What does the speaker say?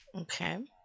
Okay